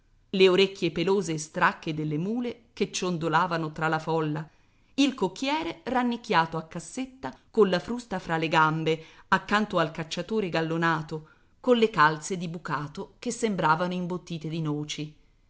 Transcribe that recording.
le orecchie pelose e stracche delle mule che ciondolavano fra la folla il cocchiere rannicchiato a cassetta colla frusta fra le gambe accanto al cacciatore gallonato colle calze di bucato che sembravano imbottite di noci